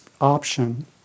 option